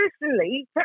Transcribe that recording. Personally